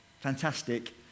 Fantastic